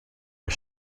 are